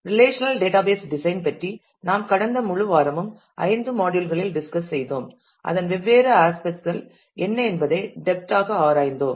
relational database design பற்றி நாம் கடந்த முழு வாரமும் ஐந்து மாடியுல் களில் டிஸ்கஸ் செய்தோம் அதன் வெவ்வேறு ஆஸ்பெட் கள் என்ன என்பதை டெப்த் ஆக ஆராய்ந்தோம்